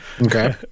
Okay